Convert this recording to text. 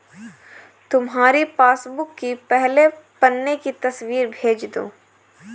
तुम्हारी पासबुक की पहले पन्ने की तस्वीर भेज दो